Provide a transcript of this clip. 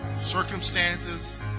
circumstances